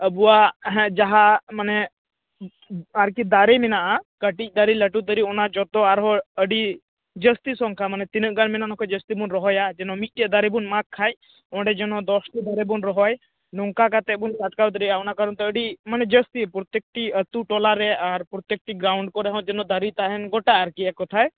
ᱟᱵᱚᱭᱟᱜ ᱡᱟᱦᱟᱸ ᱢᱟᱱᱮ ᱟᱨᱠᱤ ᱫᱟᱨᱮ ᱢᱮᱱᱟᱜᱼᱟ ᱠᱟᱹᱴᱤᱡ ᱫᱟᱨᱮ ᱞᱟᱴᱩ ᱫᱟᱨᱮ ᱚᱱᱟ ᱡᱚᱛᱚ ᱟᱨᱦᱚᱸ ᱟᱹᱰᱤ ᱡᱟᱥᱛᱤ ᱥᱚᱝᱠᱷᱟ ᱢᱟᱱᱮ ᱛᱤᱱᱟᱹᱜ ᱜᱟᱱ ᱢᱮᱱᱟᱜᱼᱟ ᱚᱱᱟ ᱠᱷᱚᱱ ᱡᱟᱹᱥᱛᱤ ᱵᱚᱱ ᱨᱚᱦᱚᱭᱟ ᱡᱮᱱᱚ ᱢᱤᱫᱴᱮᱱ ᱫᱟᱨᱮ ᱵᱚ ᱢᱟᱜᱽ ᱠᱷᱟᱱ ᱚᱸᱰᱮ ᱡᱮᱱᱚ ᱫᱚᱥᱴᱤ ᱫᱟᱨᱮ ᱵᱚᱱ ᱨᱚᱦᱚᱭ ᱱᱚᱝᱠᱟ ᱠᱟᱛᱮ ᱵᱚᱱ ᱟᱴᱠᱟᱣ ᱫᱟᱲᱮᱜᱼᱟ ᱚᱱᱟ ᱠᱟᱨᱚᱱ ᱛᱮ ᱟᱹᱰᱤ ᱢᱟᱱᱮ ᱡᱟᱹᱥᱛᱤ ᱯᱚᱨᱛᱮᱠ ᱴᱤ ᱟᱹᱛᱩ ᱴᱚᱞᱟ ᱨᱮ ᱟᱨ ᱯᱚᱨᱛᱮᱠ ᱴᱤ ᱜᱨᱟᱣᱩᱱᱰ ᱠᱚᱨᱮ ᱦᱚᱸ ᱫᱟᱨᱮ ᱛᱟᱦᱮᱱ ᱜᱚᱴᱟ ᱟᱨᱠᱤ ᱮᱠ ᱠᱚᱛᱷᱟᱭ